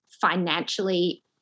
financially